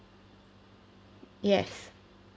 yes